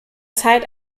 zeit